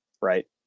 right